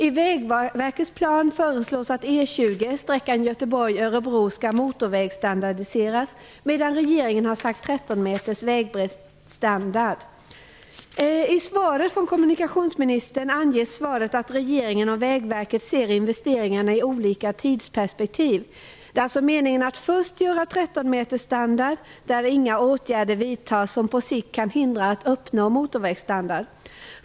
I Vägverkets plan föreslås att E 20 sträckan Göteborg-Örebro skall motorvägsstandardiseras, medan regeringen har sagt 13 meter vägbreddsstandard. I svaret från kommunikationsministern anges att regeringen och Vägverket ser investeringarna i olika tidsperspektiv. Det är alltså meningen att först göra 13-metersstandard, där inga åtgärder vidtas som på sikt kan hindra att motorvägsstandard uppnås.